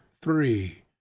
three